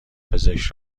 پزشک